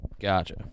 Gotcha